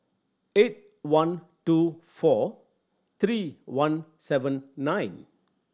eight one two four three one seven nine